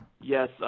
Yes